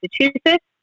Massachusetts